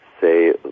say